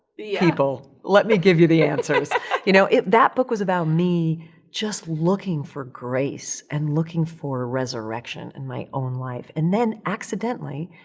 people, let me give you the answers. you know, it, that book was about me just looking for grace and looking for resurrection in my own life. and then accidentally,